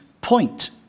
point